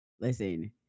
Listen